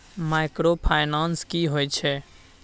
Microfinance की होय छै?